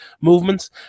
movements